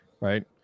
right